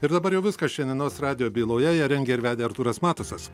ir dabar jau viskas šiandienos radijo byloje ją rengė ir vedė artūras matusas